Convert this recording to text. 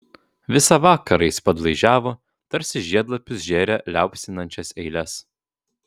visą vakarą jis padlaižiavo tarsi žiedlapius žėrė liaupsinančias eiles